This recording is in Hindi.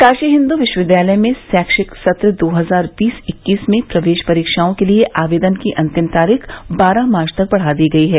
काशी हिंदू विश्वविद्यालय में शैक्षणिक सत्र दो हजार बीस इक्कीस में प्रवेश परीक्षाओं के लिए आवेदन की अंतिम तारीख बारह मार्च तक बढ़ा दी गई है